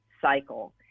cycle